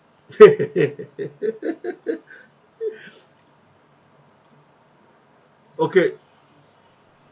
okay